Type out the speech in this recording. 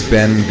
Ben